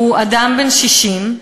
הוא אדם בן 60,